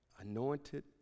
anointed